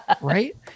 Right